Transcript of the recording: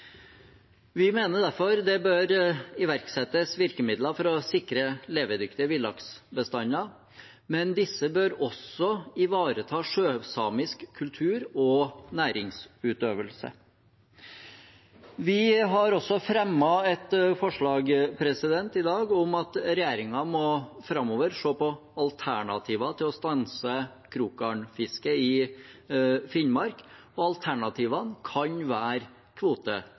Vi mener derfor det bør iverksettes virkemidler for å sikre levedyktige villaksbestander, men disse bør også ivareta sjøsamisk kultur og næringsutøvelse. Vi har også fremmet et forslag i dag om at regjeringen framover må se på alternativer til å stanse krokgarnfiske i Finnmark. Alternativene kan være